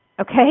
Okay